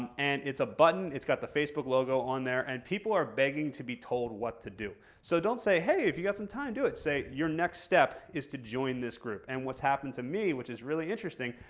and it's a button, it's got the facebook logo on there, and people are begging to be told what to do. so don't say hey, if you got some time, do it. say your next step is to join this group. and what's happened to me which is really interesting,